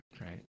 Right